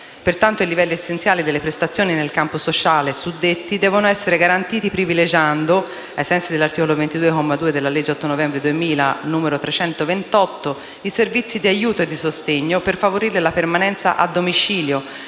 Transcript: Pertanto, i livelli essenziali delle prestazioni nel campo sociale suddetti devono essere garantiti privilegiando (ai sensi dell'articolo 22, comma 2, della legge 8 novembre 2000, n. 328) i servizi di aiuto e di sostegno per favorire la permanenza a domicilio,